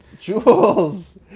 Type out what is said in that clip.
Jules